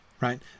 right